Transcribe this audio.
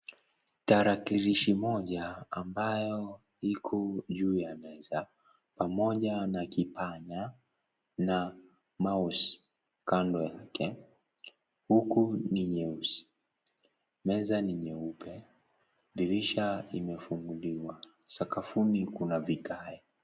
Tarakilishi moja ambayo iko juu ya meza pamoja na kipanya na mouse kando yake, huku ni nyeusi. Meza ni nyeupe, dirisha limefunguliwa. Sakafuni kuna vikae.